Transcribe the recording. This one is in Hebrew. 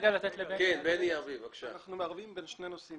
אנחנו מערבבים בין שני נושאים.